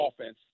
offense